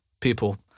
people